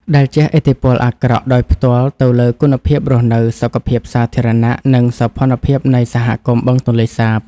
ដែលជះឥទ្ធិពលអាក្រក់ដោយផ្ទាល់ទៅលើគុណភាពរស់នៅ សុខភាពសាធារណៈ និងសោភណភាពនៃសហគមន៍បឹងទន្លេសាប។